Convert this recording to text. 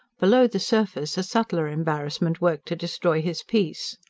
below the surface a subtler embarrassment worked to destroy his peace.